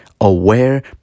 aware